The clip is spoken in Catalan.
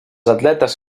atletes